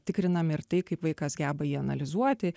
tikrinam ir tai kaip vaikas geba jį analizuoti